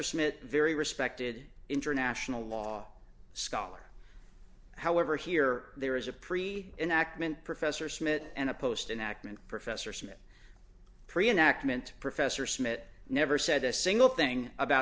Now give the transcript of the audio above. smith very respected international law scholar however here there is a pre an act meant professor smith and a post in akron professor smith pre an act meant professor smith never said a single thing about